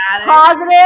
positive